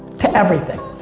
to everything.